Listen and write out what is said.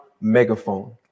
megaphone